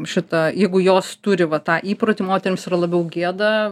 šita jeigu jos turi va tą įprotį moterims yra labiau gėda